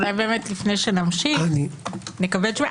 אולי באמת לפני שנמשיך נקבל תשובה.